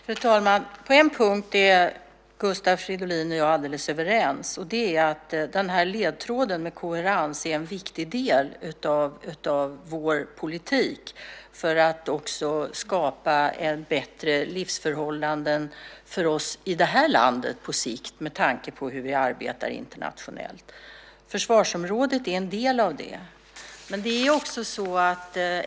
Fru talman! På en punkt är Gustav Fridolin och jag alldeles överens, nämligen att ledtråden med koherens är en viktig del av vår politik för att på sikt skapa bättre livsförhållanden för oss också i det här landet just med tanke på hur vi arbetar internationellt. Försvarsområdet är en del av det.